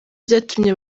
byatumye